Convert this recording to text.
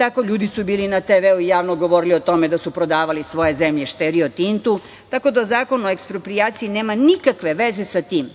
zna, ljudi su bili na televizoru, javno govorili o tome da su prodavali svoje zemljište "Rio Tintu", tako da Zakon o eksproprijaciji nema nikakve veze sa tim.